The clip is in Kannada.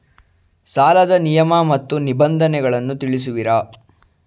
ಸಾಲದ ನಿಯಮ ಮತ್ತು ನಿಬಂಧನೆಗಳನ್ನು ತಿಳಿಸುವಿರಾ?